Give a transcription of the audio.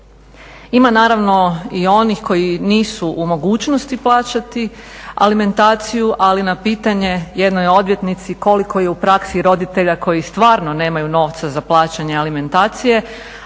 Ima naravno i onih koji nisu u mogućnosti plaćati alimentaciju, ali na pitanje jednoj odvjetnici koliko je u praksi roditelja koji stvarno nemaju novca za plaćanje alimentacije,